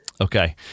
Okay